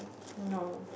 no